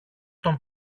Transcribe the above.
τον